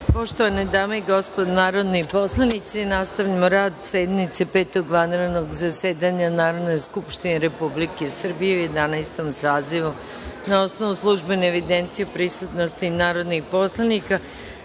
Poštovane dame i gospodo narodni poslanici, nastavljamo rad sednice Petog vanrednog zasedanja Narodne skupštine Republike Srbije u Jedanaestom sazivu. Na osnovu službene evidencije o prisutnosti narodnih poslanika,